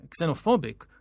xenophobic